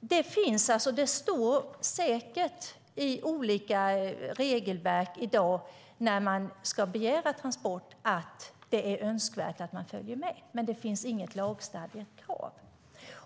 Det står säkert i olika regelverk i dag när man ska begära transport att det är önskvärt att man följer med. Men det finns inget lagstadgat krav.